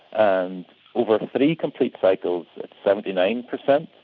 and over three complete cycles it's seventy nine percent.